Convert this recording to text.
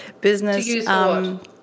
Business